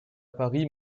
paris